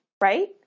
right